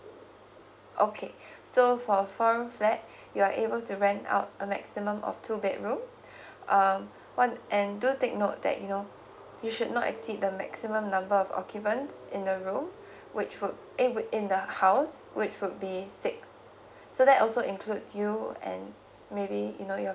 okay so for four flat you're able to rent out a maximum of two bedrooms um one and do take note that you know you should not exceed the maximum number of occupants in the room which would eh would in the house which would be six so that also includes you and maybe you know your